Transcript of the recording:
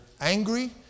angry